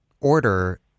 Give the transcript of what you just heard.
order